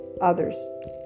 others